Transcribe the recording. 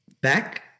back